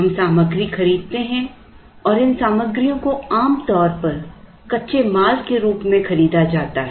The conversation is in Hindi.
हम सामग्री खरीदते हैं और इन सामग्रियों को आमतौर पर कच्चे माल के रूप में खरीदा जाता है